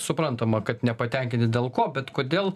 suprantama kad nepatenkinti dėl ko bet kodėl